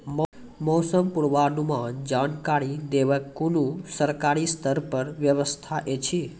मौसम पूर्वानुमान जानकरी देवाक कुनू सरकारी स्तर पर व्यवस्था ऐछि?